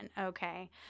Okay